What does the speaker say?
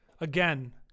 again